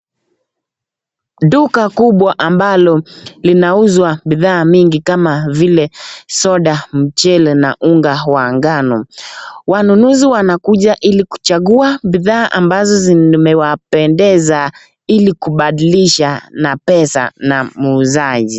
Duka kubwa ambalo linauzwa bidhaa mingi kama vile soda, mchele na unga wa ngano. Wanunuzi wanakuja ili kuchagua bidhaa ambazo zimewapendeza ili kubadilisha na pesa na muuzaji.